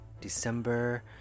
December